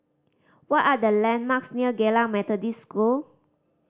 what are the landmarks near Geylang Methodist School